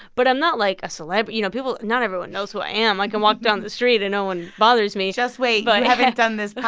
but i'm not, like, a celeb, you know? people not everyone knows who i am. i can walk down the street, and no one bothers me just wait. but you haven't done this